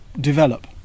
develop